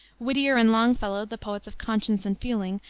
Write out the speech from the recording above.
whittier and longfellow, the poets of conscience and feeling,